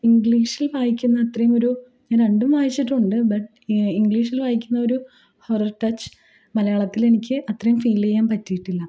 ഇംഗ്ലീഷിൽ വായിക്കുന്ന അത്രയും ഒരു ഞാൻ രണ്ടും വായിച്ചിട്ടുണ്ട് ബട്ട് ഇംഗ്ലീഷിൽ വായിക്കുന്ന ഒരു ഹൊറർ ടച്ച് മലയാളത്തിൽ എനിക്ക് അത്രയും ഫീൽ ചെയ്യാൻ പറ്റിയിട്ടില്ല